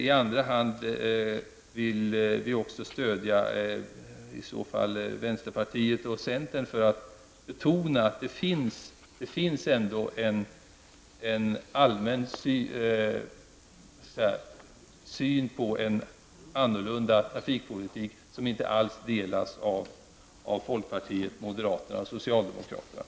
I andra hand vill jag framhålla att vi stöder vänsterpartiet och centern; detta för att betona att det ändå finns en allmänt utbredd uppfattning om att det behövs en annorlunda trafikpolitik. Denna uppfattning delas dock inte av folkpartiet, moderaterna och socialdemokraterna.